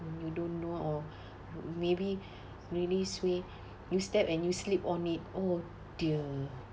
you don't know or maybe really suey you step and you sleep on it oh dear